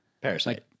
Parasite